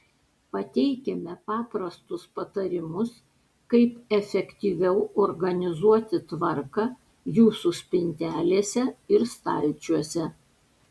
pateikiame paprastus patarimus kaip efektyviau organizuoti tvarką jūsų spintelėse ir stalčiuose